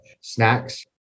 snacks